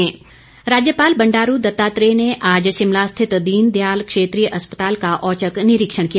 राज्यपाल राज्यपाल बंडारू दत्तात्रेय ने आज शिमला स्थित दीन दयाल क्षेत्रीय अस्पताल का औचक निरिक्षण किया